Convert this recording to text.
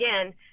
again